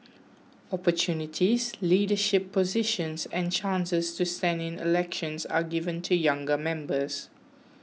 opportunities leadership positions and chances to stand in elections are given to younger members